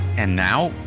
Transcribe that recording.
and now,